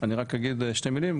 אני רק אגיד שתי מילים.